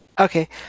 Okay